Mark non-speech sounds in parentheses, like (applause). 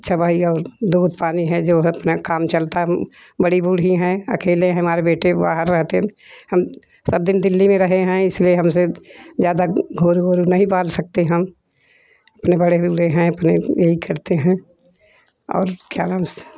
अच्छा वही और दूध पानी है जो है अपना काम चलता बड़ी बूढी है अकेले है हमारे बेटे बाहर रहते हम सब दिन दिल्ली में रहे है इसलिए हमसे ज़्यादा घोरु उरु नहीं बांध सकते हम अपने (unintelligible) अपने यही करते है और क्या